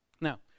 Now